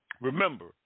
Remember